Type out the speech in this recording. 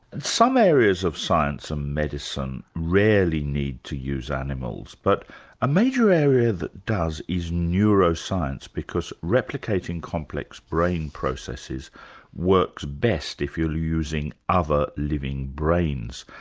some areas of science and um medicine rarely need to use animals, but a major area that does, is neuroscience because replicating complex brain processes works best if you're using other living brains.